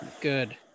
Good